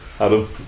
Adam